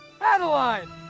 Adeline